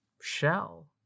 shell